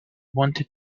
wanted